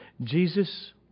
Jesus